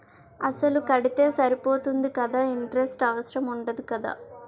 అసలు కడితే సరిపోతుంది కదా ఇంటరెస్ట్ అవసరం ఉండదు కదా?